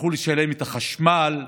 יצטרכו לשלם את החשמל,